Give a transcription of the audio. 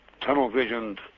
tunnel-visioned